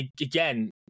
again